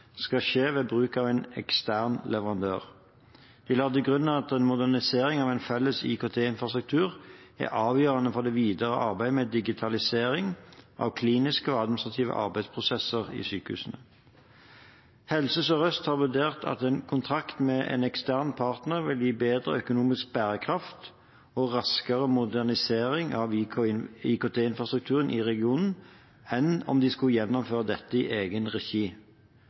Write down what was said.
skal skje ved bruk av ekstern leverandør. De la til grunn at en modernisering av en felles IKT-infrastruktur er avgjørende for det videre arbeidet med digitalisering av kliniske og administrative arbeidsprosesser i sykehusene. Helse Sør-Øst har vurdert at en kontrakt med en ekstern partner vil gi bedre økonomisk bærekraft og raskere modernisering av IKT-infrastrukturen i regionen enn om de skulle gjennomføre dette i egen regi.